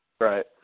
Right